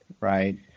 right